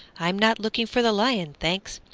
i'm not looking for the lion, thanks,